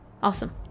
Awesome